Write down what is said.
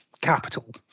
capital